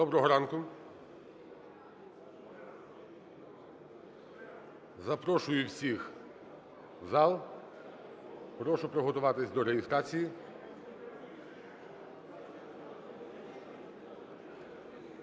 Доброго ранку! Запрошую всіх в зал, прошу приготуватись до реєстрації.